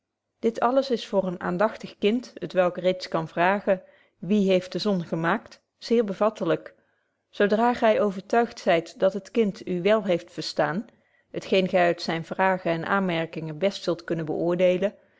dit alles is voor een aandagtig kind t welk reeds kan vragen wie heeft de zon gemaakt zeer bevattelyk zo dra gy overtuigd zyt dat het kind u wél heeft verstaan t geen gy uit zyne vragen en aanmerkingen best zult kunnen beöordeelen